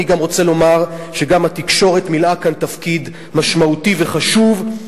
גם התקשורת מילאה כאן תפקיד משמעותי וחשוב,